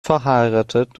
verheiratet